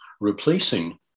replacing